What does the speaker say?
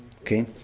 Okay